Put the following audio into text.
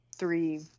three